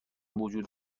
وجود